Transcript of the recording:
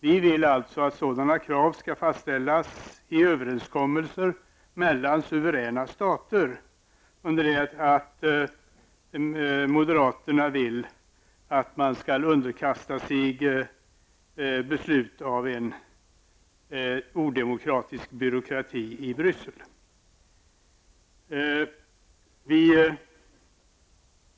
Vi vill alltså att sådana krav skall fastställas i överenskommelser mellan suveräna stater, under det att moderaterna vill att man skall underkasta sig beslut av en odemokratisk byråkrati i Bryssel.